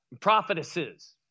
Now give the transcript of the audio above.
prophetesses